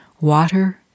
Water